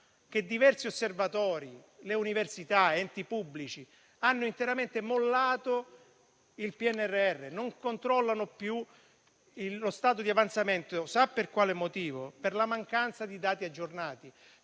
che diversi osservatori, università ed enti pubblici, hanno interamente mollato il PNRR e non ne controllano più lo stato di avanzamento? Sa per quale motivo? Per la mancanza di dati aggiornati.